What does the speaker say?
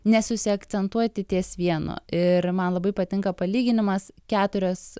nesusiakcentuoti ties vienu ir man labai patinka palyginimas keturios